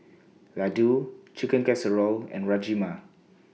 Ladoo Chicken Casserole and Rajma